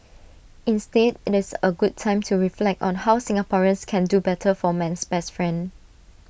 instead IT is A good time to reflect on how Singaporeans can do better for man's best friend